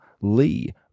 Lee